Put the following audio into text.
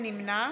נמנע